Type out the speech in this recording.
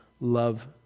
love